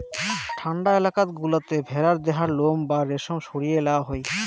ঠান্ডা এলাকাত গুলাতে ভেড়ার দেহার লোম বা রেশম সরিয়ে লেয়া হই